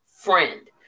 friend